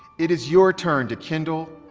it is your turn to kindle,